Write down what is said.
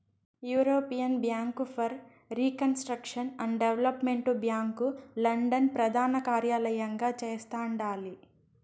European bank for reconstruction and development bank London ప్రదానకార్యలయంగా చేస్తండాలి